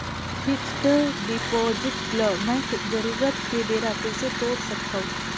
Fixed deposit ल मैं जरूरत के बेरा कइसे तोड़ सकथव?